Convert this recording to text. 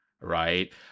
right